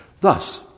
Thus